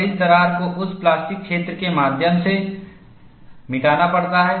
और इस दरार को उस प्लास्टिक क्षेत्र के माध्यम से मिटाना पड़ता है